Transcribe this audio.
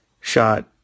shot